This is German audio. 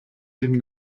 dem